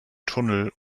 tunnel